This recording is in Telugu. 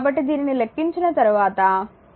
కాబట్టి దీనిని లెక్కించిన తర్వాత తరువాత ఇది t 0